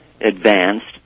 advanced